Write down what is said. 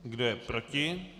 Kdo je proti?